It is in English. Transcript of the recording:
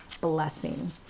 blessing